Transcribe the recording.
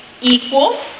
equal